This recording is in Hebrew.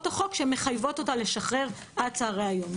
החוק שמחייבות אותה לשחרר עד צוהרי היום.